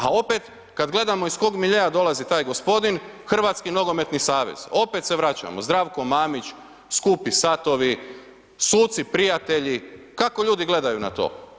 A opet kad gledamo iz kojeg miljea dolazi taj gospodin, Hrvatski nogometni savez, opet se vraćamo, Zdravko Mamić, skupi satovi, suci prijatelji, kako ljudi gledaju na to?